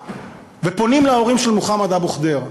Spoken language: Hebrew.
ופונים להורים של מוחמד אבו ח'דיר,